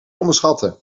onderschatten